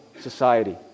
society